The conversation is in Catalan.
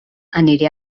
aniré